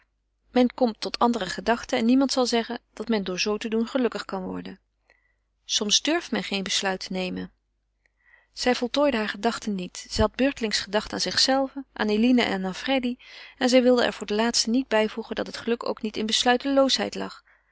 men komt tot andere gedachten en niemand zal zeggen dat men door zoo te doen gelukkig kan worden soms durft men geen besluit te nemen zij voltooide haar gedachte niet zij had beurtelings gedacht aan zichzelve aan eline en aan freddy en zij wilde er voor de laatste niet bijvoegen dat het geluk ook niet in besluiteloosheid lag